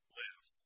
live